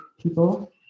people